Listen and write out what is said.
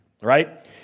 right